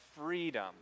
freedom